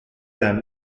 them